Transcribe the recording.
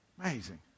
Amazing